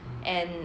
mm